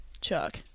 chuck